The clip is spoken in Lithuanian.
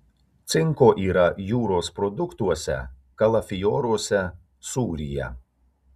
cinko yra jūros produktuose kalafioruose sūryje